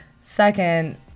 second